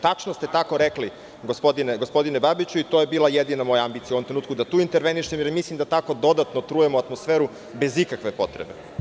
Tačno ste tako rekli, gospodine Babiću i to je bila jedina moja ambicija u ovom trenutku, da tu intervenišem jer mislim da tako dodatno trujemo atmosferu bez ikakve potrebe.